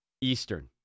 Eastern